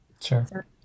sure